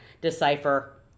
decipher